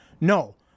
No